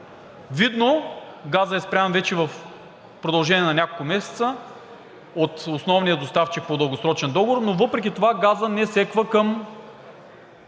Видно, газът е спрян вече в продължение на няколко месеца от основния доставчик по дългосрочен договор, но въпреки това газът не секва към